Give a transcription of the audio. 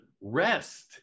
rest